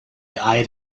eyed